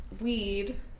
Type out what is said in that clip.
weed